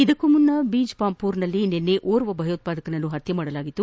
ಇದಕ್ಕೂ ಮುನ್ನಾ ಮೀಜ್ಪಾಂಪೊರೆಯಲ್ಲಿ ನನ್ನ ಓರ್ವ ಭಯೋತ್ಪಾದಕನನ್ನು ಪತ್ತೆ ಮಾಡಲಾಗಿತ್ತು